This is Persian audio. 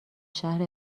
شهر